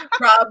rob